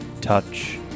touch